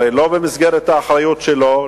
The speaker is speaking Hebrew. הרי זה לא במסגרת האחריות שלו,